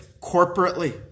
corporately